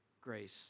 grace